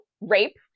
rape